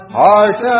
heart